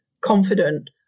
confident